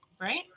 right